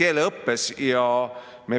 keeleõppes